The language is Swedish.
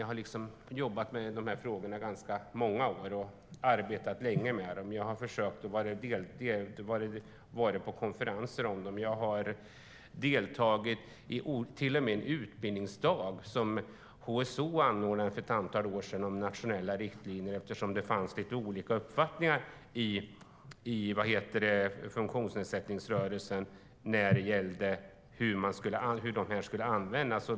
Jag har jobbat med de här frågorna i ganska många år och arbetat länge med dem, varit på konferenser om dem och till och med deltagit i en utbildningsdag om nationella riktlinjer som HSO anordnade för ett antal år sedan eftersom det fanns lite olika uppfattningar i funktionsnedsättningsrörelsen när det gällde hur de skulle användas.